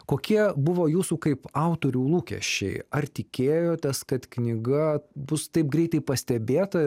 kokie buvo jūsų kaip autorių lūkesčiai ar tikėjotės kad knyga bus taip greitai pastebėta